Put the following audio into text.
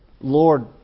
Lord